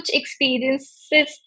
experiences